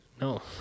No